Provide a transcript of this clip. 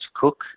cook